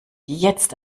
jetzt